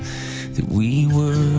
that we were